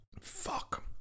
Fuck